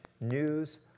news